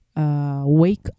Wake